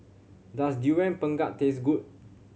does Durian Pengat taste good